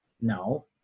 No